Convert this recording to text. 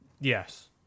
Yes